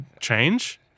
change